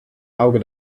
auge